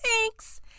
Thanks